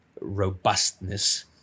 robustness